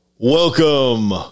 Welcome